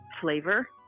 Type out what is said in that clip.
flavor